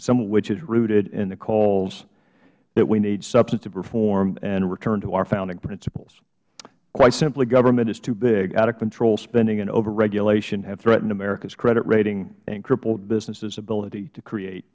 some of which is rooted in the calls that we need substantive reform and return to our founding principles quite simply government is too big out of control spending and over regulation have threatened america's credit rating and crippled business's ability to create